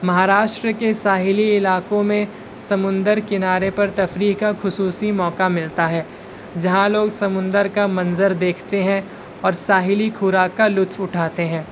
مہاراشٹر کے ساحلی علاقوں میں سمندر کنارے پر تفریح کا خصوصی موقع ملتا ہے جہاں لوگ سمندر کا منظر دیکھتے ہیں اور ساحلی خوراک کا لطفت اٹھاتے ہیں